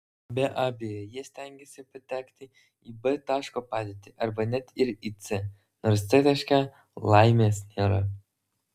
be abejo jie stengiasi patekti į b taško padėtį arba net ir į c nors c taške laimės nėra